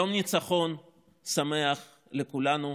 יום ניצחון שמח לכולנו.